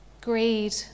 greed